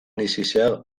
nécessaire